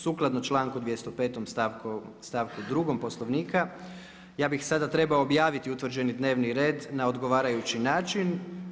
Sukladno čl.205. stavku 2 poslovnika, ja bih sada trebao objaviti utvrđeni dnevni red na odgovarajući način.